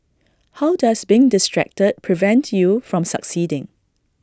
how does being distracted prevent you from succeeding